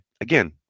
Again